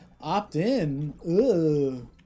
opt-in